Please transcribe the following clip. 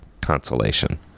consolation